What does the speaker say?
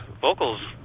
vocals